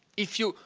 if you,